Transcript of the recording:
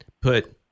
put